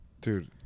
Dude